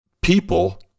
people